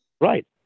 right